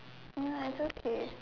ya it's okay